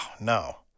no